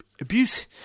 abuse